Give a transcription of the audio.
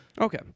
Okay